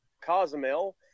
Cozumel